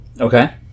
Okay